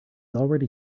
already